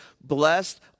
blessed